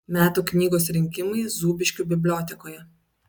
metų knygos rinkimai zūbiškių bibliotekoje